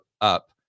up